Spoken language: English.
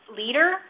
leader